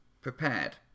prepared